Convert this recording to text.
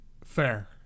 fair